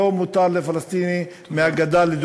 לא מותר לפלסטיני מהגדה, תודה.